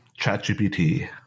ChatGPT